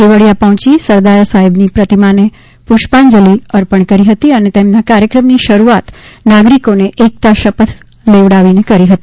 કેવડીયા પહોંચી સરદારની પ્રતિમાને પુષ્પાજલિ અર્પણ કરી હતી અને તેમના કાર્યક્રમનો શરૂઆત નાગરિકોને એકતા શપથ લેવડાવી કરી હતી